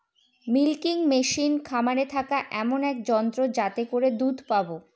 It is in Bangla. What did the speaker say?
মিল্কিং মেশিন খামারে থাকা এমন এক যন্ত্র যাতে করে দুধ পাবো